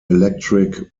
electric